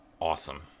awesome